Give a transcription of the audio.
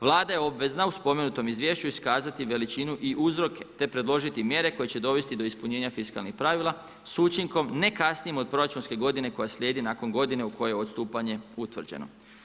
Vlada je obvezna u spomenutom izvješću iskazati veličinu i uzroke te predložiti mjere koje će dovesti do ispunjenja fiskalnih pravila s učinkom ne kasnijim od proračunske godine koja slijedi nakon godine u kojoj je odstupanje utvrđeno.